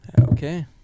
Okay